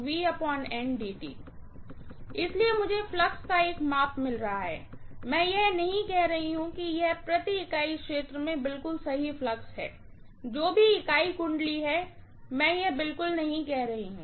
इसलिए मुझे फ्लक्स का एक माप मिल रहा है मैं यह नहीं कह रही हूँ कि यह प्रति इकाई क्षेत्र में बिल्कुल सही फ्लक्स है जो भी इकाई फेरे है मैं यह बिल्कुल नहीं कह रही हूँ